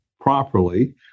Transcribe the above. properly